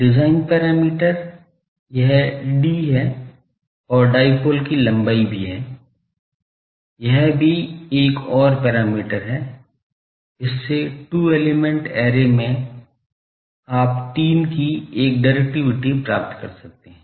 design parameter यह 'd' है और डाईपोल की लंबाई भी है यह भी एक और पैरामीटर है इससे टु एलिमेंट ऐरे में आप 3 की एक डिरेक्टिविटी प्राप्त कर सकते हैं